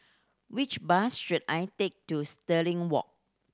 which bus should I take to Stirling Walk